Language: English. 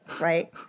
Right